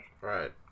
Right